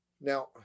Now